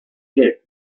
gelb